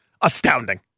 Astounding